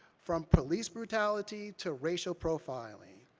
from police brutality to racial profiling,